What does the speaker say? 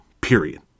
period